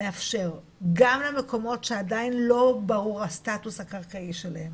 לאפשר גם למקומות שעדיין לא ברור הסטטוס הקרקעי שלהם,